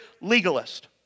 legalist